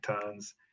tons